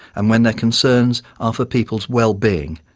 and when their concerns are for people's well being,